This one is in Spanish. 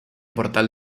portal